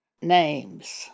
names